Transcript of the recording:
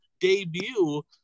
debut